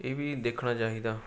ਇਹ ਵੀ ਦੇਖਣਾ ਚਾਹੀਦਾ